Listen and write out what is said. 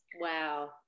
Wow